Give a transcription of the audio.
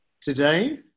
Today